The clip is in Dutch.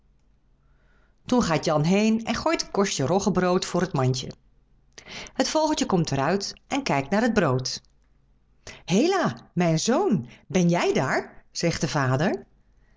toen gaat jan heen en gooit een korstje rogge brood voor het mandje het vogeltje komt er uit en kijkt naar het brood héla mijn zoon ben jij daar zegt de vader